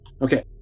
Okay